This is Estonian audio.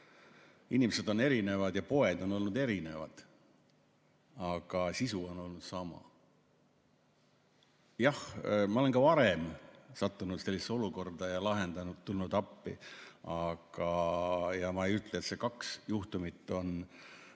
Inimesed on olnud erinevad ja poed on olnud erinevad, aga sisu on olnud sama. Jah, ma olen ka varem sattunud sellisesse olukorda ja lahendanud, tulnud appi. Ma ei ütle, et need kaks juhtumit